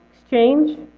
exchange